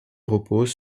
repose